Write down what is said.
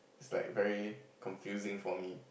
it's like very confusing for me